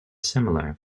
similar